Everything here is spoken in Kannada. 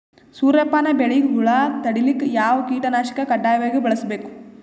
ಸೂರ್ಯಪಾನ ಬೆಳಿಗ ಹುಳ ತಡಿಲಿಕ ಯಾವ ಕೀಟನಾಶಕ ಕಡ್ಡಾಯವಾಗಿ ಬಳಸಬೇಕು?